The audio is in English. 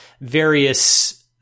various